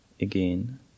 again